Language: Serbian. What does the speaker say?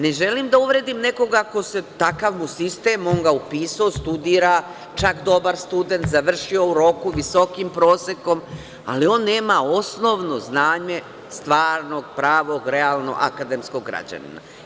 Ne želim da uvredim nekoga ako je takav sistem, on ga upisao, studira, čak dobar student, završio u roku, visokim prosekom, ali on nema osnovno znanje stvarnog, pravog, realno akademskog građanina.